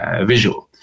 visual